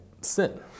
sin